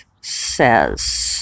says